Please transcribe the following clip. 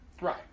right